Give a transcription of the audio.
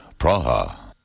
Praha